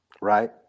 right